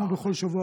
כמו בכל שבוע,